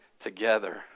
together